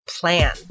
Plan